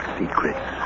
secrets